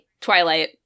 twilight